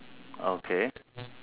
okay